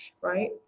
right